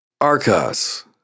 Arcos